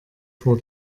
vor